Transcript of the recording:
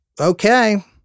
Okay